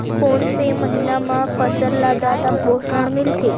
कोन से महीना म फसल ल जादा पोषण मिलथे?